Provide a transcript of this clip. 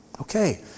Okay